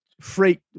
freight